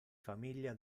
famiglia